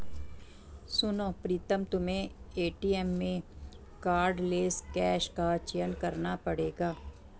सुनो प्रीतम तुम्हें एटीएम में कार्डलेस कैश का चयन करना पड़ेगा